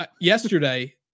yesterday